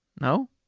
No